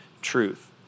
truth